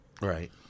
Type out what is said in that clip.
Right